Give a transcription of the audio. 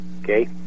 Okay